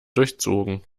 durchzogen